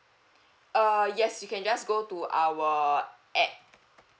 uh yes you can just go to our app